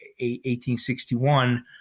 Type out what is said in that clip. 1861